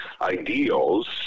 ideals